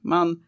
Man